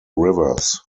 rivers